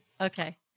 Okay